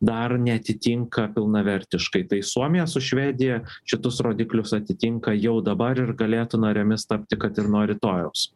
dar neatitinka pilnavertiškai tai suomija su švedija šituos rodiklius atitinka jau dabar ir galėtų narėmis tapti kad ir nuo rytojaus